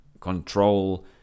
control